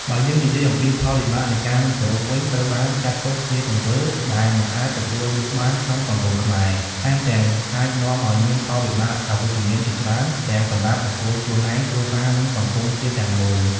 បើយើងនិយាយអំពីផលវិបាកនៃការមិនគោរពវិញ ត្រូវបានចាត់ទុកជាទង្វើដែលមិនអាចទទួលយកបានក្នុងសង្គមខ្មែរ ថែមទាំងអាចនាំឲ្យមានផលវិបាកអវិជ្ជមានជាច្រើនទាំងសម្រាប់បុគ្គលខ្លួនឯង គ្រួសារ និងសង្គមជាតិទាំងមូល។